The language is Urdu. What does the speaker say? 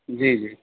جی جی